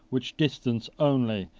which distance only,